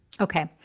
Okay